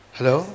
Hello